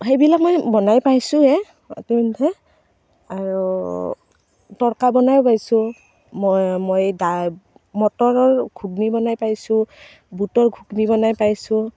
হেইবিলাক মই বনাই পাইছোঁৱে ইতিমধ্যে আৰু তৰকা বনায়ো পাইছোঁ মই মই দা মটৰৰ ঘুগনী বনাই পাইছোঁ বুটৰ ঘুগনী বনাই পাইছোঁ